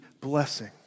blessing